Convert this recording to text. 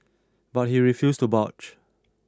but he refused to budge